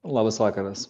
labas vakaras